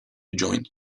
adjoint